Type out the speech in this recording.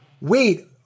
wait